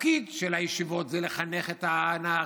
התפקיד של הישיבות זה לחנך את הנערים,